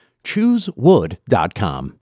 ChooseWood.com